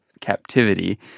captivity